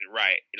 right